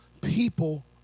people